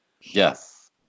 Yes